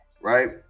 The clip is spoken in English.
right